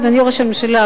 אדוני ראש הממשלה,